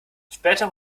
spätere